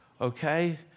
okay